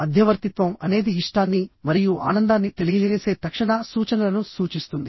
మధ్యవర్తిత్వం అనేది ఇష్టాన్ని మరియు ఆనందాన్ని తెలియజేసే తక్షణ సూచనలను సూచిస్తుంది